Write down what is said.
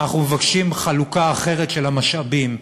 אנחנו מבקשים חלוקה אחרת של המשאבים.